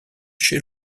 chez